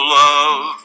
love